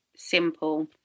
simple